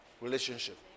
relationship